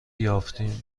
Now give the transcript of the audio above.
یافتیم